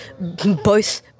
both-